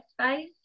space